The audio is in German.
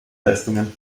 leistungen